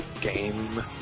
game